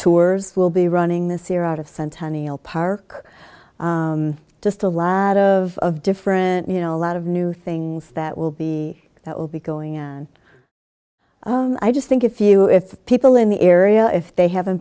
tours will be running this year out of centennial park just a lot of different you know a lot of new things that will be that will be going i just think if you if people in the area if they haven't